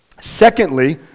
Secondly